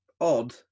odd